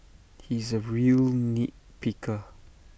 he is A real nit picker